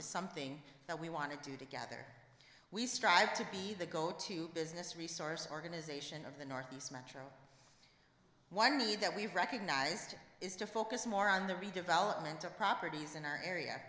is something that we want to do together we strive to be the go to business resource organization of the northeast metro one need that we've recognized is to focus more on the redevelopment of properties in our area